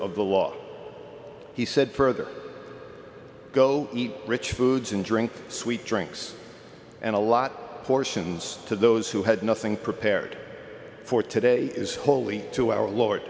the law he said further go eat rich foods and drink sweet drinks and a lot fortune's to those who had nothing prepared for today is holy to our lord